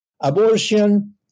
Abortion